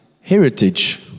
heritage